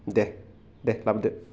दे दे लाबोदो